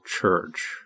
Church